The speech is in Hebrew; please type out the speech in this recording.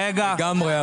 לגמרי,